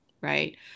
right